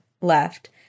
left